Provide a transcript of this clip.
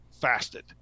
fasted